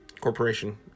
Corporation